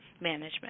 management